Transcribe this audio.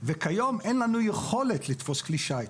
כיום אין לנו יכולת לתפוס כלי שיט.